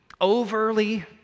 Overly